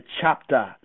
chapter